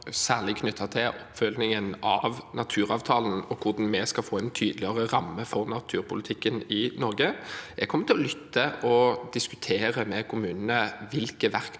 særlig knyttet til oppfølgingen av naturavtalen og hvordan vi skal få en tydeligere ramme for naturpolitikken i Norge. Jeg kommer til å lytte og diskutere med kommunene hvilke verktøy